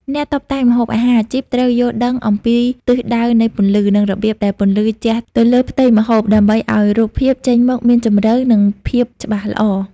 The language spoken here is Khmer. អ្នកតុបតែងម្ហូបអាហារអាជីពត្រូវយល់ដឹងអំពីទិសដៅនៃពន្លឺ និងរបៀបដែលពន្លឺជះទៅលើផ្ទៃម្ហូប ដើម្បីឱ្យរូបភាពចេញមកមានជម្រៅ និងភាពច្បាស់ល្អ។